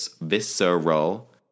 visceral